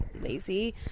lazy